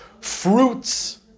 fruits